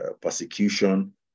persecution